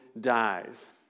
dies